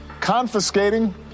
confiscating